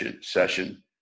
session